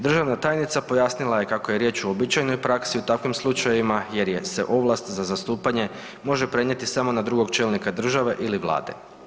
Državna tajnica pojasnila je kako je riječ o uobičajenoj praksi u takvim slučajevima, jer se ovlast za zastupanje može prenijeti samo na drugog čelnika države ili Vlade.